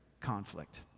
conflict